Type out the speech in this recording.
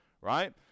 right